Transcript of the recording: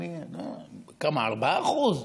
כמה, 4%?